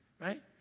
right